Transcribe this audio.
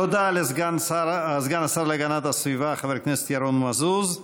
תודה לסגן השר להגנת הסביבה חבר הכנסת ירון מזוז.